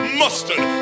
mustard